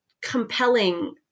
compelling